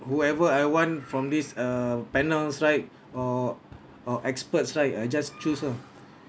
whoever I want from these err panels right or or experts right I just choose ah